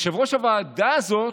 יושב-ראש הוועדה הזאת,